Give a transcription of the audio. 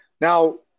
Now